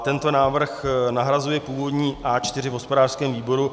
Tento návrh nahrazuje původní A4 v hospodářském výboru.